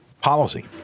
policy